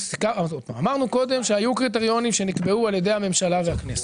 אמרנו קודם שהיו קריטריונים שנקבעו על ידי הממשלה והכנסת.